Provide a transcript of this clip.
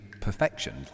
perfection